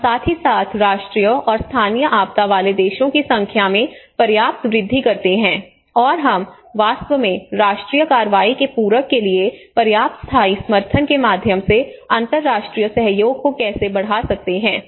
और साथ ही साथ राष्ट्रीय और स्थानीय आपदा वाले देशों की संख्या में पर्याप्त वृद्धि करते हैं और हम वास्तव में राष्ट्रीय कार्रवाई के पूरक के लिए पर्याप्त स्थायी समर्थन के माध्यम से अंतर्राष्ट्रीय सहयोग को कैसे बढ़ा सकते हैं